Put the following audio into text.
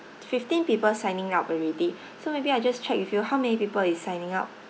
fifteen people signing up already so maybe I just check with you how many people is signing up